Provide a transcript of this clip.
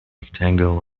rectangle